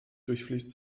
durchfließt